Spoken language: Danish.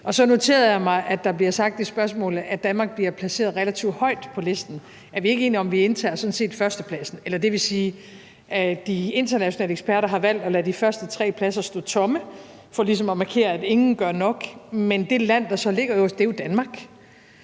Så noterede jeg mig, at der bliver sagt i spørgsmålet, at Danmark bliver placeret relativt højt på listen. Er vi ikke enige om, at vi sådan set indtager førstepladsen? Eller det vil sige, at de internationale eksperter har valgt at lade de første tre pladser stå tomme for ligesom at markere, at ingen gør nok. Men det land, der så ligger øverst, er jo Danmark.